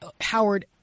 Howard